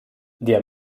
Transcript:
der